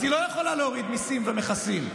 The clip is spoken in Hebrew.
אז היא לא יכולה להוריד מיסים ומכסים.